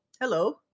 Hello